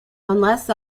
unless